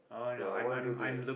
sure one two three ah